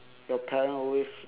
your parent always